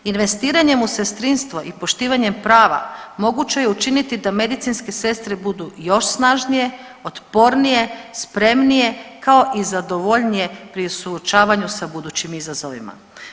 Investiranjem u sestrinstvo i poštivanjem prava moguće je učiniti da medicinske sestre budu još snažnije, otpornije, spremnije kao i zadovoljnije pri suočavanju sa budućim izazovima.